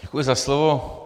Děkuji za slovo.